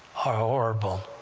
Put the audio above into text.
are horrible!